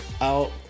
out